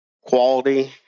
quality